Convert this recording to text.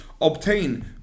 obtain